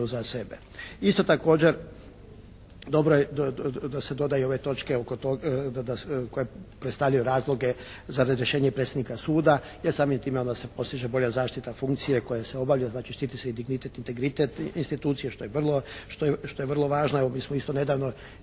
za sebe. Isto također dobro je da se dodaju ove točke oko tog, koje predstavljaju razloge za razrješenje predsjednika suda jer samim time odmah se postiže bolja zaštita funkcije koje se obavljaju, znači štiti se i dignitet i integritet institucije što je vrlo važna. Mi smo isto nedavno